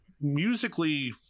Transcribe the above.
musically